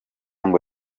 ngo